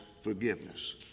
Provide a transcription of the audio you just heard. forgiveness